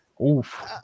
oof